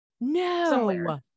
no